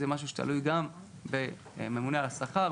זה משהו שתלוי גם בממונה על השכר,